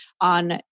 on